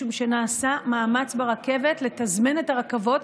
משום שנעשה מאמץ ברכבת לתזמן את הרכבות.